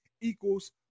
equals